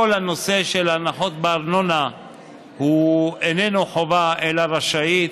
כל הנושא של הנחות בארנונה איננו חובה, אלא רשאית.